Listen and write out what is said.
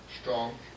strong